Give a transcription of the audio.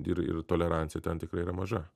ir ir tolerancija ten tikrai yra maža